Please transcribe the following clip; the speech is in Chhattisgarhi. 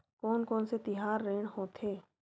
कोन कौन से तिहार ऋण होथे?